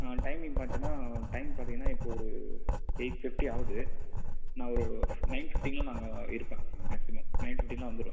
timing பார்த்திங்கன்னா time பார்த்திங்கன்னா இப்போ ஒரு எயிட் ஃபிஃப்டி ஆகுது நான் ஒரு நைன் ஃபிஃப்டீன்க்கெலாம் நான் அங்கே இருப்பேன் மேக்ஸிமம் நைன் ஃபிஃப்டீன்க்கெலாம் வந்துருவேன்